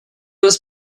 was